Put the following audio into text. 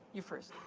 you first.